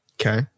okay